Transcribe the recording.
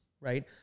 right